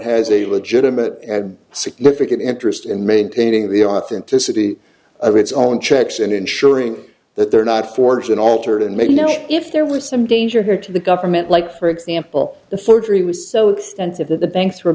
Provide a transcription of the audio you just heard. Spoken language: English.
has a legitimate significant interest in maintaining the authenticity of its own checks and ensuring that they're not fortune altered and maybe you know if there was some danger here to the government like for example the surgery was so extensive that the banks were